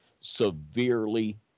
severely